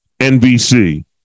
NBC